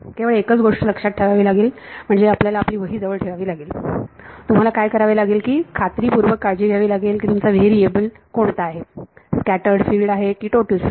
केवळ एकच गोष्ट लक्षात ठेवावी लागेल म्हणजे आपल्याला आपली वही जवळ ठेवावी लागेल तुम्हाला काय करावे लागेल की खात्रीपूर्वक काळजी घ्यावी लागेल की तुमचा व्हेरिएबल कोणता आहे स्कॅटर्ड फिल्ड आहे की टोटल फिल्ड